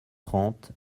trente